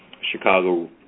Chicago